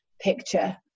picture